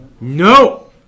No